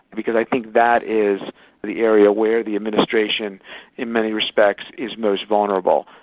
because i think that is the area where the administration in many respects, is most vulnerable,